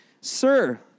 Sir